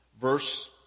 verse